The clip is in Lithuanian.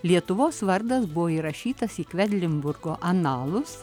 lietuvos vardas buvo įrašytas į kvedlinburgo analus